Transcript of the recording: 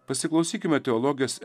pasiklausykime teologės